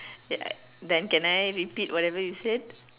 ya then can I repeat whatever you said